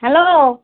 hello